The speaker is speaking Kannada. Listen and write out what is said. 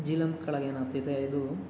ಝೇಲಂ ಕಾಳಗ ಏನಂತಿದ್ದೆ ಇದು